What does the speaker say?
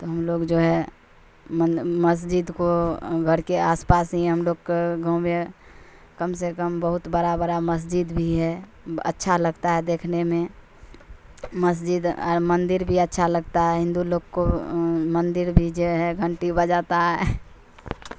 تو ہم لوگ جو ہے من مسجد کو گھر کے آس پاس ہی ہم لوگ کو گاؤں میں کم سے کم بہت بڑا بڑا مسجد بھی ہے اچھا لگتا ہے دیکھنے میں مسجد اور مندر بھی اچھا لگتا ہے ہندو لوگ کو مندر بھی جو ہے گھنٹی بجاتا ہے